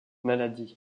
maladie